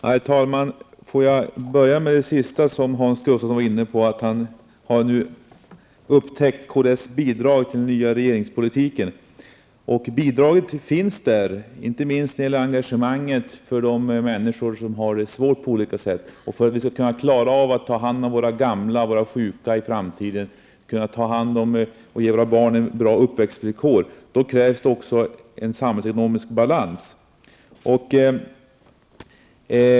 Herr talman! Låt mig börja med det sista som Hans Gustafsson tog upp, att han nu har upptäckt kds bidrag till den nya regeringspolitiken. Bidraget finns där, inte minst när det gäller engagemanget för de människor som har det svårt på olika sätt. För att vi i framtiden skall kunna klara av att ta hand om våra gamla och sjuka och för att vi skall kunna ge våra barn bra uppväxtvillkor krävs en samhällsekonomisk balans.